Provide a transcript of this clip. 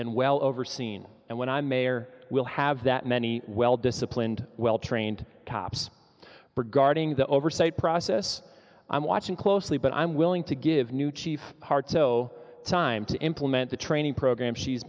and well overseen and when i'm mayor we'll have that many well disciplined well trained cops regarding the oversight process i'm watching closely but i'm willing to give new chief heart so time to implement the training program she's